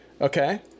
Okay